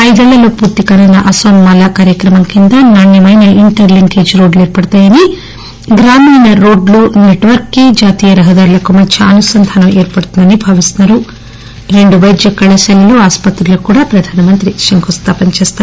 ఐదేళ్లలో పూర్తి కానున్న అస్పాం మాల కార్యక్రమం కింద నాణ్యమైన ఇంటర్ లింకేజ్ రోడ్లు ఏర్పడతాయని గ్రామీణ రోడ్ల నెట్వర్క్ జాతీయ రహదారులకు మధ్య అనుసంధానం ఏర్పడుతుందని భావిస్తున్నారు రెండు వైద్య కళాశాలలు ఆస్పత్రులకు ఆయన శంకుస్థాపన చేస్తారు